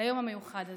ביום המיוחד הזה.